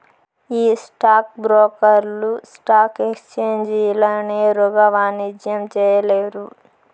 ఈ స్టాక్ బ్రోకర్లు స్టాక్ ఎక్సేంజీల నేరుగా వాణిజ్యం చేయలేరు